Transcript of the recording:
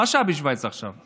מה השעה בשווייץ עכשיו?